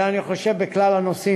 אלא, אני חושב, בכלל הנושאים.